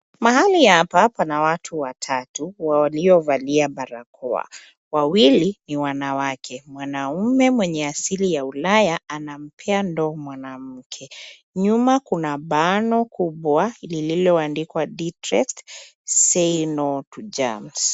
Mahali hapa pana watu watatu, waliovalia barakoa. Wawili ni wanawake. Mwanamme mwenye asili ya ulaya, anampea ndoo mwanamke. Nyuma kuna bano kubwa lililoandikwa Detrex, Say no to Germs .